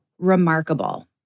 remarkable